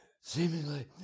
seemingly